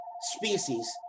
species